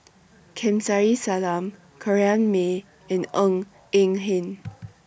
Kamsari Salam Corrinne May and Ng Eng Hen